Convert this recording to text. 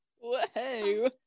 Whoa